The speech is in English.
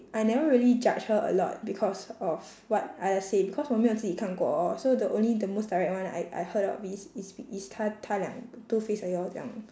I never really judge her a lot because of what others say because 我没有自己看过哦 so the only the most direct one I I heard of is is be~ is 她她两 two faced